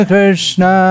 Krishna